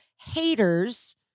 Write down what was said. haters